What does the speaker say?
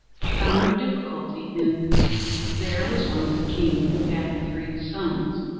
he found no difficulty in there was once a king who had three sons,